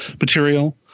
material